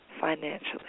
financially